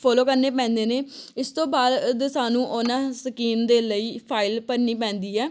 follow ਕਰਨੇ ਪੈਂਦੇ ਨੇ ਇਸ ਤੋਂ ਬਾਅਦ ਸਾਨੂੰ ਉਹਨਾਂ ਸਕੀਮ ਦੇ ਲਈ ਫਾਈਲ ਭਰਨੀ ਪੈਂਦੀ ਹੈ